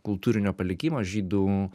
kultūrinio palikimo žydų